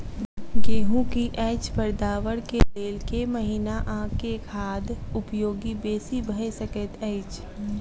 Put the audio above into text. गेंहूँ की अछि पैदावार केँ लेल केँ महीना आ केँ खाद उपयोगी बेसी भऽ सकैत अछि?